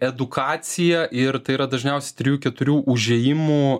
edukaciją ir tai yra dažniausiai trijų keturių užėjimų